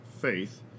faith